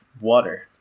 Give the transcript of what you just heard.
water